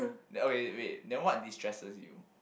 then okay wait then what distresses you